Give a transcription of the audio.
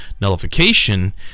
nullification